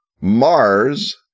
Mars